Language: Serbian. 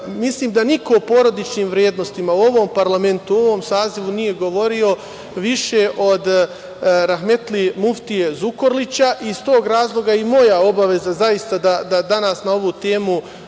da niko o porodičnim vrednostima u ovom parlamentu, u ovom sazivu nije govorio više od rahmelti muftije Zukorlića i iz tog razloga moja je obaveza da danas na ovu temu